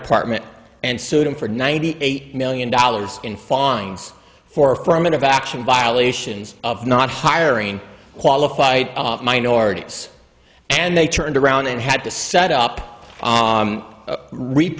department and sued him for ninety eight million dollars in fines for affirmative action violations of not hiring qualified minorities and they turned around and had to set up